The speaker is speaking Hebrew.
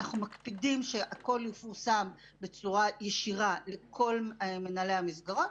אנחנו מקפידים שהכול יפורסם בצורה ישירה לכל מנהלי המסגרות,